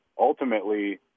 ultimately